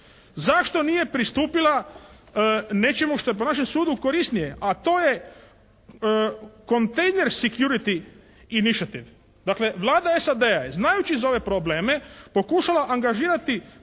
zašto nije pristupila nečemu što je po našem sudu korisnije, a to je kontejner security … /Ne razumije se./ … Dakle Vlada SAD-a je znajući za ove probleme pokušala angažirati druge